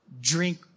drink